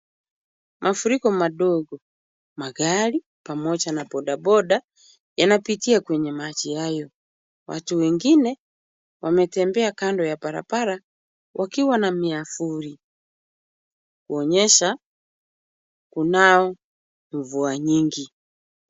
Mafuriko madogo. Magari, pamoja na bodaboda, yanapitia katika maji hayo. Watu wengine, wametembea kando ya barabara wakiwa na miavuli kuonyesha kunao mvua nyingi.